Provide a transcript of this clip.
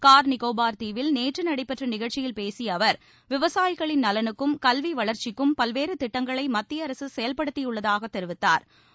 car Nicobar தீவில் நேற்று நடைபெற்ற நிகழ்ச்சியில் பேசிய அவர் விவசாயிகளின் நலனுக்கும் கல்வி வளர்ச்சிக்கும் பல்வேறு திட்டங்களை மத்திய அரசு செயல்படுத்தியுள்ளதாக தெரிவித்தாா்